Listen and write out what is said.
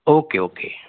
okay okay